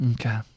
Okay